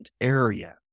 area